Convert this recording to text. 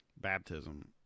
Baptism